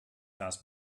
das